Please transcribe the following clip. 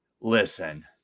Listen